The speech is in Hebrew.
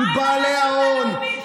עם בעלי ההון,